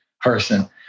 person